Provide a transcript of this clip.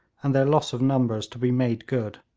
and their loss of numbers to be made good.